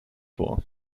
vor